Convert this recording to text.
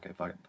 Okay